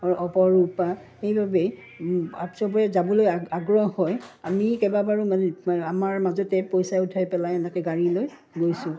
অপৰূপা সেইবাবেেই চবৰে যাবলৈ আগ্ৰহ হয় আমি কেইবাবাৰো মানে আমাৰ মাজতে পইচা উঠাই পেলাই এনেকৈ গাড়ীলৈ গৈছোঁ